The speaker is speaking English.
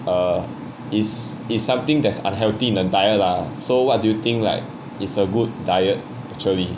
err is is something that's unhealthy in entire lah so what do you think like it's a good diet actually